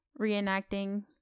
reenacting